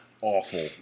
awful